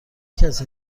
کسی